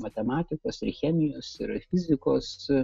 matematikos ir chemijos ir fizikos su